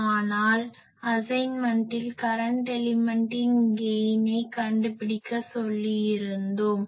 ஆனால் அசைன்மென்டில் கரன்ட் எலிமென்ட்டின் கெய்னை கண்டுபிடிக்க சொல்லி இருந்தோம்